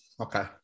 Okay